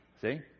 See